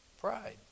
Pride